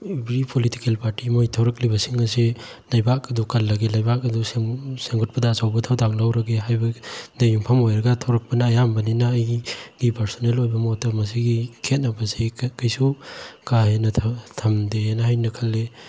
every political party ꯃꯣꯏ ꯊꯣꯔꯛꯂꯤꯕꯁꯤꯡ ꯑꯁꯤ ꯂꯩꯕꯥꯛ ꯑꯗꯨ ꯀꯜꯂꯒꯦ ꯂꯩꯕꯥꯛ ꯑꯗꯨ ꯁꯦꯝꯒꯠꯄꯗ ꯑꯆꯧꯕ ꯊꯧꯗꯥꯡ ꯂꯧꯔꯒꯦ ꯍꯥꯏꯕꯗꯩ ꯌꯨꯝꯐꯝ ꯑꯣꯏꯔꯒ ꯊꯣꯔꯛꯄꯅ ꯑꯌꯥꯝꯕꯅꯤꯅ ꯑꯩꯒꯤ ꯄꯥꯔꯁꯣꯅꯦꯜ ꯑꯣꯏꯕ ꯃꯣꯠꯇ ꯃꯁꯤꯒꯤ ꯈꯦꯅꯕꯁꯤ ꯀꯩꯁꯨ ꯀꯥ ꯍꯦꯟꯅ ꯊꯝꯗꯦꯅ ꯑꯩꯅ ꯈꯜꯂꯤ